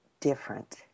different